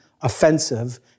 offensive